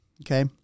Okay